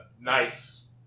nice